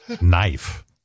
knife